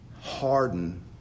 harden